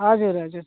हजुर हजुर